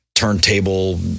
Turntable